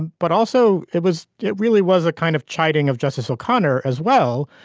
but also it was it really was a kind of chiding of justice o'connor as well.